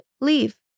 leave